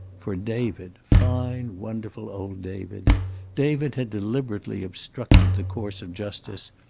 for david, fine, wonderful old david david had deliberately obstructed the course of justice,